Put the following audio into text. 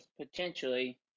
potentially